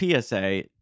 psa